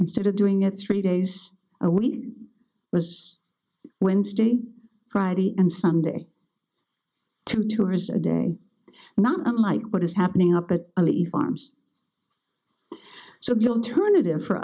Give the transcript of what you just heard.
instead of doing it three days a week was wednesday friday and sunday to two hours a day not unlike what is happening up at arms so if you'll turn it in for